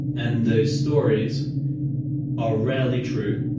and those stories are rarely true,